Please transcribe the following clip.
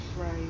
Right